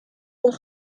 een